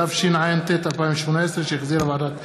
התשע"ט 2018, שהחזירה ועדת החוקה,